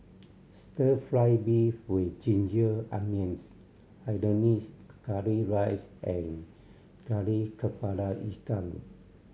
Stir Fry beef with ginger onions hainanese curry rice and Kari Kepala Ikan